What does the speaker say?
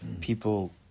people